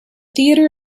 theater